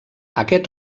aquest